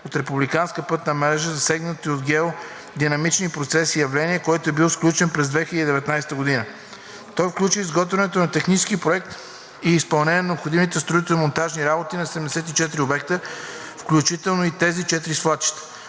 от републиканската пътна мрежа, засегнати от геодинамични процеси и явления“, който е бил сключен през 2019 г. Той включва изготвянето на технически проект и изпълнение на необходимите строително-монтажни работи на 74 обекта, включително и тези 4 свлачища.